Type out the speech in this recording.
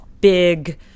big